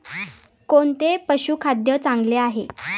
कोणते पशुखाद्य चांगले आहे?